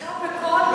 לא בכל,